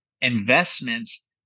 investments